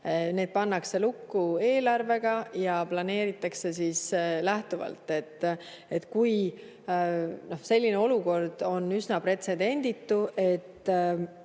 Need pannakse lukku eelarvega ja planeeritakse lähtuvalt sellest. Selline olukord on üsna pretsedenditu, et